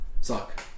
suck